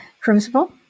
Crucible